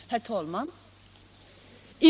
Herr talman!